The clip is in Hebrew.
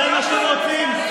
זה מה שאתם רוצים?